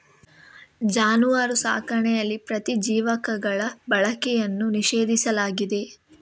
ಜಾನುವಾರು ಸಾಕಣೆಯಲ್ಲಿ ಪ್ರತಿಜೀವಕಗಳ ಬಳಕೆಯನ್ನು ನಿಷೇಧಿಸಲಾಗಿದೆ